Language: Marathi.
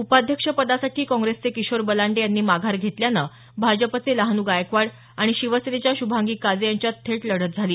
उपाध्यक्ष पदासाठी काँग्रेसचे किशोर बलांडे यांनी माघार घेतल्यानं भाजपचे लहान् गायकवाड आणि शिवसेनेच्या शुभांगी काजे यांच्यात थेट लढत झाली